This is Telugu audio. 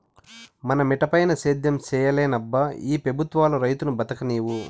మన మిటపైన సేద్యం సేయలేమబ్బా ఈ పెబుత్వాలు రైతును బతుకనీవు